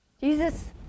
Jesus